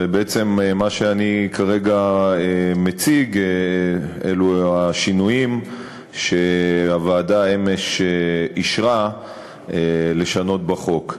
ובעצם מה שאני מציג כרגע אלו השינויים שהוועדה אישרה אמש לשנות בחוק.